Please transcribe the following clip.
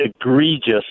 egregious